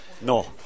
No